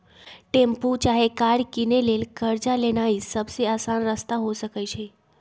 tempo चाहे car किनै लेल कर्जा लेनाइ सबसे अशान रस्ता हो सकइ छै